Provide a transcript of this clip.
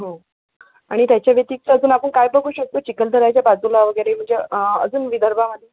हो आणि त्याच्या व्यतिरिक्त अजून आपण काय बघू शकतो चिखलदराच्या बाजूला वगैरे म्हणजे अजून विदर्भामध्ये